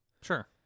Sure